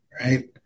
right